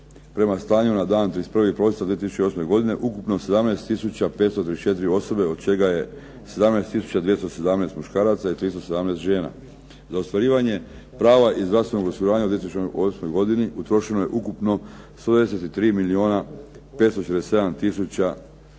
prema stanju na dan 31. prosinca 2008. godine ukupno 17 tisuće 534 osobe, od čega je 17 tisuća 217 muškaraca i 317 žena. Za ostvarivanje prava iz zdravstvenog osiguranja u 2008. godini utrošeno je ukupno 193